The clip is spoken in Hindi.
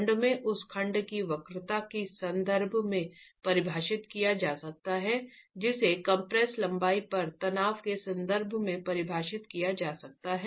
खंड में उस खंड की वक्रता के संदर्भ में परिभाषित किया जा सकता है जिसे कंप्रेस लंबाई पर तनाव के संदर्भ में परिभाषित किया जा सकता है